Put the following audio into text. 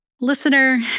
Listener